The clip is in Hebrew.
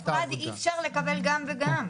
אי אפשר לקבל גם וגם.